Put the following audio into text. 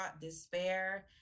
despair